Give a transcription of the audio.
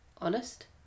Honest